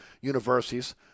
universities